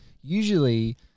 usually